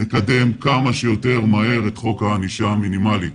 לקדם כמה שיותר מהר את חוק הענישה המינימלית.